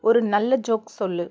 ஒரு நல்ல ஜோக் சொல்லு